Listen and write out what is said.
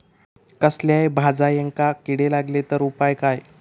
कसल्याय भाजायेंका किडे लागले तर उपाय काय?